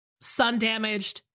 sun-damaged